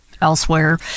elsewhere